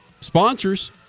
sponsors